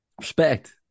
respect